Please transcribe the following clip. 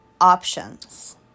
options